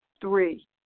Three